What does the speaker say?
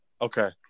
Okay